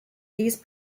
these